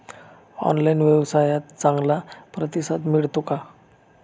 Online व्यवसायात चांगला प्रतिसाद मिळतो का?